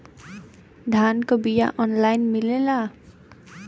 धान के बिया ऑनलाइन मिलेला?